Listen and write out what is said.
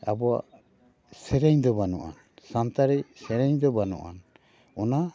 ᱟᱵᱚᱣᱟᱜ ᱥᱮᱨᱮᱧ ᱫᱚ ᱵᱟᱹᱱᱩᱜ ᱟᱱ ᱥᱟᱱᱛᱟᱲᱤ ᱥᱮᱨᱮᱧ ᱫᱚ ᱵᱟᱹᱱᱩᱜ ᱟᱱ ᱚᱱᱟ